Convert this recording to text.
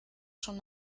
schon